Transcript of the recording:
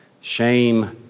Shame